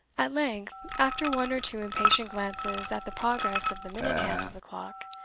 at length, after one or two impatient glances at the progress of the minute-hand of the clock,